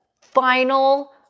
final